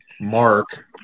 Mark